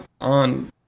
on